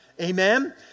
Amen